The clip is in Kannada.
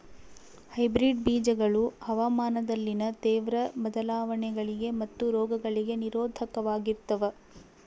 ಹೈಬ್ರಿಡ್ ಬೇಜಗಳು ಹವಾಮಾನದಲ್ಲಿನ ತೇವ್ರ ಬದಲಾವಣೆಗಳಿಗೆ ಮತ್ತು ರೋಗಗಳಿಗೆ ನಿರೋಧಕವಾಗಿರ್ತವ